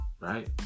right